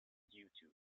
youtube